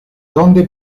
donde